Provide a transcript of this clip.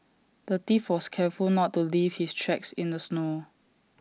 the thief was careful not to leave his tracks in the snow